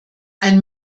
ein